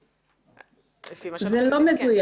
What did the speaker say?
זה לא מדויק.